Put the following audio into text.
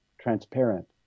transparent